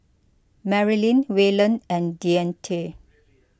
Marilynn Wayland and Deante